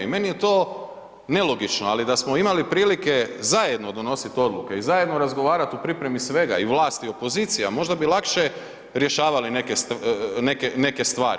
I meni je to nelogično, ali da smo imali prilike zajedno donosit odluke i zajedno razgovarat u pripremi svega i vlast i opozicija, možda bi lakše rješavali neke stvari.